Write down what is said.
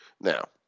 Now